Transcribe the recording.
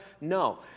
No